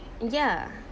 ya